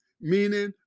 meaning